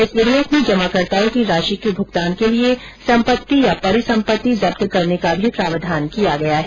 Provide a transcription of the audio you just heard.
इस विधेयक में जमाकर्ताओं की राशि के भुगतान के लिए संपत्ति या परिसंपत्ति जब्त करने का भी प्रावधान किया गया है